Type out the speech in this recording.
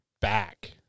back